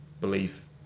belief